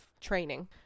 training